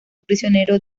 prisionero